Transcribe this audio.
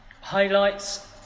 Highlights